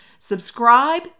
subscribe